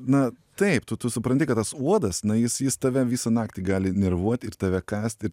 na taip tu tu supranti kad tas uodas na jis jis tave visą naktį gali nervuot ir tave kąst ir